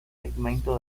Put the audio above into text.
segmento